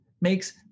makes